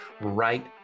right